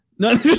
No